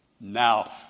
Now